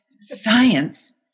Science